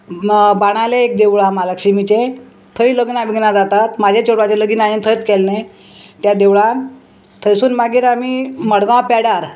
बाणावले एक देवूळ आहा म्हालक्ष्मीचें थंय लग्नां बिग्नां जातात म्हाज्या चेडवाचें लगीन हांयेन थंयत केल्लें त्या देवळान थंयसून मागीर आमी मडगांव पेडार